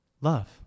love